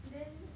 then